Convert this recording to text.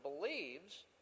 believes